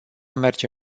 merge